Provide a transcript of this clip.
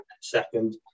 second